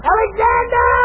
Alexander